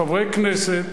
חברי כנסת